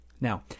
Now